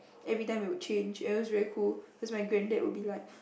every time we would change and it was very cool cause my granddad will be like